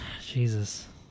Jesus